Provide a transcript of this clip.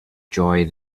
joy